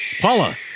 Paula